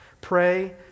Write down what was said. pray